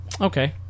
Okay